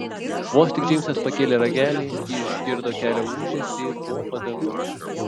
vos tik džeimsas pakėlė ragelį ji išgirdo kelio ūžesį po padangomis